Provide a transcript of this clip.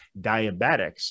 diabetics